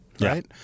right